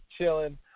chilling